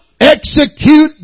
execute